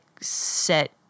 set